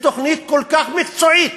ותוכנית כל כך מקצועית.